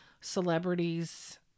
celebrities